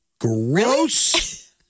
gross